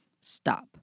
stop